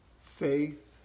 faith